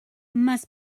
must